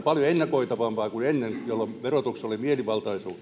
paljon ennakoitavampaa kuin ennen jolloin verotuksessa oli mielivaltaisuutta